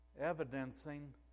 evidencing